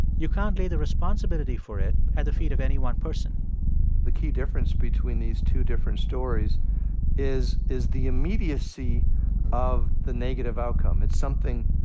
you can't lay the responsibility for it at the feet of any one person the key difference between these two different stories is is the immediacy of the negative outcome. it's something